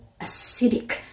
acidic